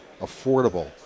affordable